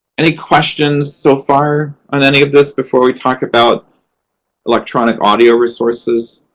any questions so far on any of this before we talk about electronic audio resources?